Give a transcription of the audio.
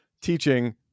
teaching